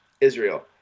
Israel